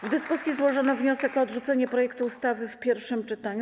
W dyskusji złożono wniosek o odrzucenie projektu ustawy w pierwszym czytaniu.